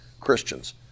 Christians